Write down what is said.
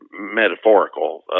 metaphorical